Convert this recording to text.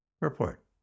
Report